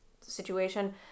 situation